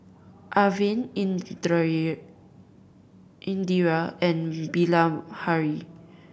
Arvind Indira and Bilahari